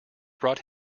brought